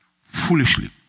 foolishly